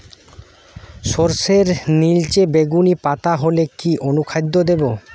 সরর্ষের নিলচে বেগুনি পাতা হলে কি অনুখাদ্য দেবো?